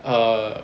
err